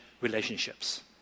relationships